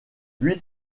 huit